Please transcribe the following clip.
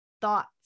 thoughts